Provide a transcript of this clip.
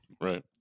right